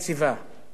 המצב טוב.